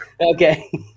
Okay